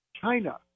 China